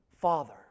Father